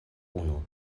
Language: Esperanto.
unu